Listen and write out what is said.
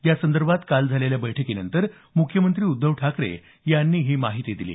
यासंदर्भात काल झालेल्या बैठकीनंतर मुख्यमंत्री उद्धव ठाकरे यांनी ही माहिती दिली